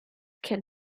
can